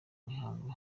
mihango